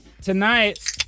tonight